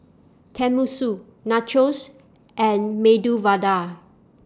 Tenmusu Nachos and Medu Vada